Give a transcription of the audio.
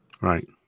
Right